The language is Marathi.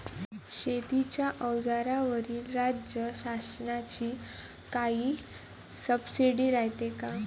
शेतीच्या अवजाराईवर राज्य शासनाची काई सबसीडी रायते का?